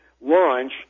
launch